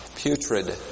putrid